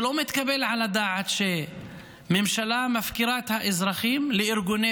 לא מתקבל על הדעת שממשלה מפקירה את האזרחים לארגוני